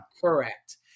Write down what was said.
correct